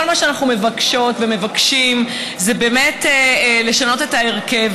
כל מה שאנחנו מבקשות ומבקשים זה באמת לשנות את ההרכב.